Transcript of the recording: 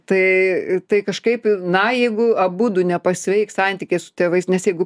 tai tai kažkaip na jeigu abudu nepasveiks santykiai su tėvais nes jeigu